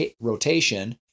rotation